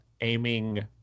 aiming